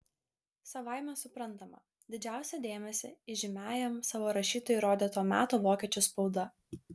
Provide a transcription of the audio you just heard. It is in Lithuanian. savaime suprantama didžiausią dėmesį įžymiajam savo rašytojui rodė to meto vokiečių spauda